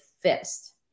fist